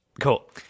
Cool